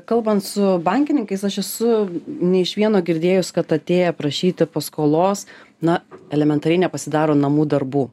kalbant su bankininkais aš esu ne iš vieno girdėjus kad atėję prašyti paskolos na elementariai nepasidaro namų darbų